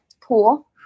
pool